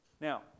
Now